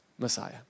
Messiah